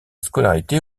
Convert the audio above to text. scolarité